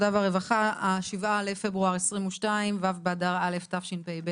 ה-7 בפברואר 2022, ו' באדר א' התשפ"ב.